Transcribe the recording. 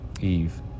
eve